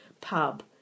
pub